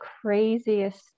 craziest